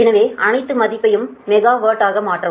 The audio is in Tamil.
எனவே அனைத்து மதிப்பையும் மெகாவாட் ஆக மாற்றவும்